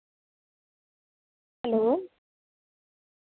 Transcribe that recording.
hello